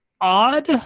odd